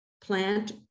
plant